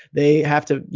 they have to, you